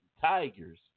Tigers